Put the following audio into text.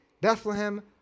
Bethlehem